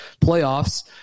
playoffs